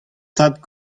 tad